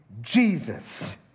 Jesus